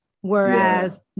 Whereas